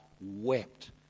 wept